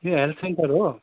यो health centre हो